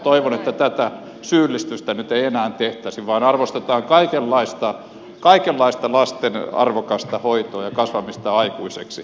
toivon että tätä syyllistystä nyt ei enää tehtäisi vaan arvostetaan kaikenlaista lasten arvokasta hoitoa ja kasvamista aikuiseksi